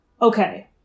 Okay